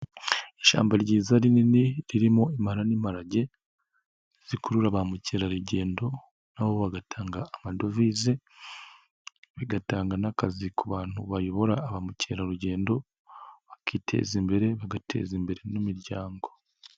Ishyambo ryiza rinini ririmoma n'imparage, zikurura ba mukerarugendo, nabo bagatanga amadovize, bagatanga n'akazi ku bantu bayobora ba mukerarugendo, bakiteza imbere, bagateza imbere n'imiryango.